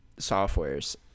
softwares